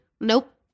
Nope